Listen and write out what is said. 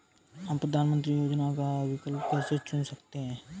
हम प्रधानमंत्री योजनाओं का विकल्प कैसे चुन सकते हैं?